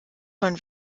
von